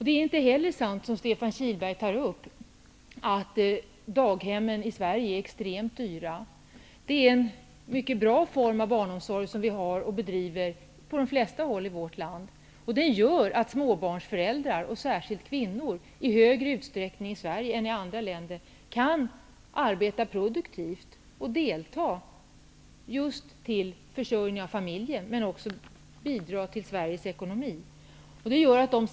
Det är inte heller sant som Stefan Kihlberg sä ger att daghemmen i Sverige är extremt dyra. Vi har en mycket bra barnomsorg på de flesta håll i vårt land. Detta medför att småbarnsföräldrar, särskilt kvinnor, kan arbeta produktivt och delta till försörjning av familjen men också bidra till Sveriges ekonomi i högre utsträckning i Sverige än i andra länder.